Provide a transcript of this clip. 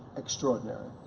extraordinary.